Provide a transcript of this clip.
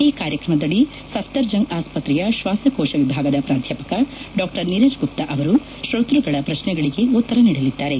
ಈ ಕಾರ್ಯಕ್ರಮದಡಿ ಸಫ್ಲರ್ಂಗ್ ಆಸ್ವತ್ರೆಯ ಶ್ವಾಸಕೋಶ ವಿಭಾಗದ ಪ್ರಾಧ್ಯಾಪಕ ಡಾ ನೀರಜ್ ಗುಪ್ತ ಅವರು ಶೋತ್ಪಗಳ ಪ್ರಶ್ನೆಗಳಿಗೆ ಉತ್ತರ ನೀಡಲಿದ್ದಾರೆ